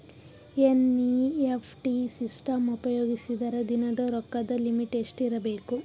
NEFT system ಉಪಯೋಗಿಸಿದರ ದಿನದ ರೊಕ್ಕದ ಲಿಮಿಟ್ ಎಷ್ಟ ಇರಬೇಕು?